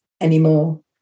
anymore